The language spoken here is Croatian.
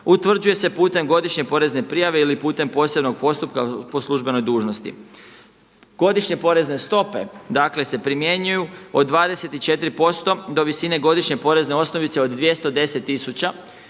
Utvrđuje se putem godišnje porezne prijave ili putem posebnog postupka po službenoj dužnosti. Godišnje porezne stope, dakle se primjenjuju od 24% do visine godišnje porezne osnovice od 210